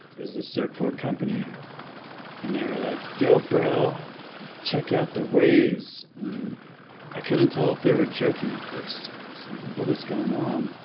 a surfboard company and they were like yo bro check out the waves and i couldn't tell if they were joking at first it's like what is going on